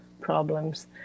problems